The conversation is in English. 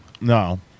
no